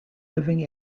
living